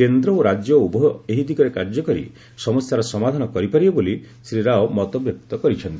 କେନ୍ଦ୍ର ଓ ରାଜ୍ୟ ଉଭୟ ଏହି ଦିଗରେ କାର୍ଯ୍ୟ କରି ସମସ୍ୟାର ସମାଧାନ କରିପାରିବେ ବୋଲି ଶ୍ରୀ ରାଓ ମତବ୍ୟକ୍ତ କରିଛନ୍ତି